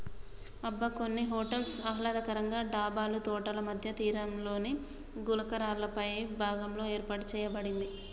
అబ్బ కొన్ని హోటల్స్ ఆహ్లాదకరంగా డాబాలు తోటల మధ్య తీరంలోని గులకరాళ్ళపై భాగంలో ఏర్పాటు సేయబడింది